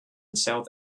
south